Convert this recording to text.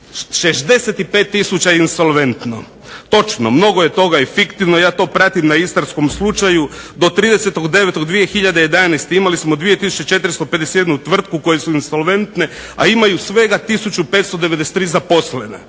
je insolventno. Točno, mnogo je toga i fiktivno, ja to pratim na istarskom slučaju, do 30.09.2011. imali smo 2451 tvrtku koje su insolventne, a imaju svega 1593 zaposlena.